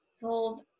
told